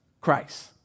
Christ